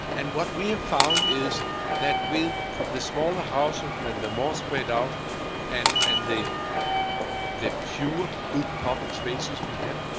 and what we have found is that with the smaller house and the more spread out and and the the fewer good public spaces we have,